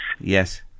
Yes